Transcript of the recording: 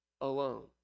alone